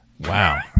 Wow